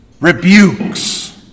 rebukes